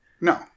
No